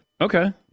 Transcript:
Okay